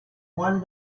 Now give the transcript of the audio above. one